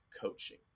coaching